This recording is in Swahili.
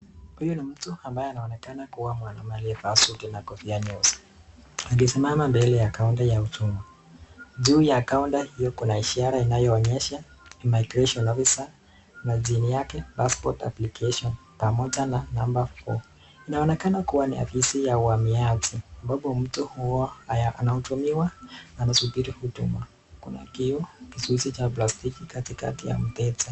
Huyu ni mtu anayeonekana kuwa ni mwanaume aliyevaa suti na kofia nyeusi. Amesimama mbele ya counter ya uchumi. Juu ya counter hiyo Kuna ishara inayoonyesha Immigration officer na chini yake passport application pamoja na number four. Inaonekana kuwa ni ofisi ya uamiaji ambapo mtu huwa anatumiwa anasubiri kutuma. Kuna kioo kizuizi cha plastiki katikati ya mteja.